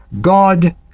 God